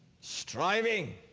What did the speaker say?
Striving